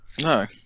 No